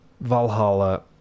Valhalla